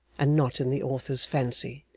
and not in the author's fancy.